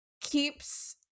keeps